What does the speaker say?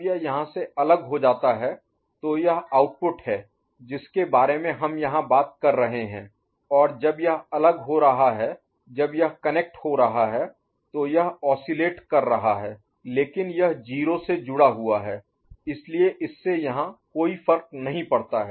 और जब यह यहां से अलग हो जाता है तो यह आउटपुट है जिसके बारे में हम यहां बात कर रहे हैं जब यह अलग हो रहा है जब यह कनेक्ट हो रहा है तो यह ओससीलेट कर रहा है लेकिन यह 0 से जुड़ा हुआ है इसलिए इससे यहां कोई फर्क नहीं पड़ता है